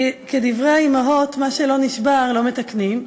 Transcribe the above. כי כדברי האימהות, מה שלא נשבר לא מתקנים,